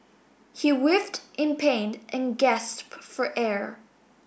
he writhed in pain and gasped for air